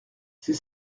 c’est